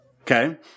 Okay